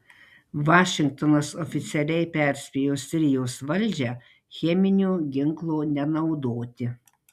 vašingtonas oficialiai perspėjo sirijos valdžią cheminio ginklo nenaudoti